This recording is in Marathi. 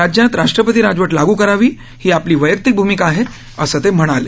राज्यात राष्ट्रपती राजवट लागू करावी ही आपली वप्रक्तिक भूमिका आहे असं ते म्हणाले